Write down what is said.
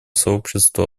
сообществу